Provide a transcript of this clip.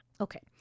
Okay